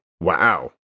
wow